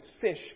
fish